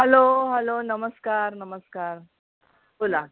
hello hello नमस्कार नमस्कार बोला